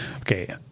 okay